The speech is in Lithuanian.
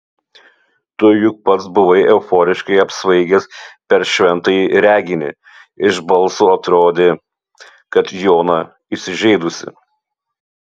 tu juk pats buvai euforiškai apsvaigęs per šventąjį reginį iš balso atrodė kad jona įsižeidusi